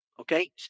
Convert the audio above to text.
Okay